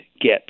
get